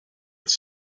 with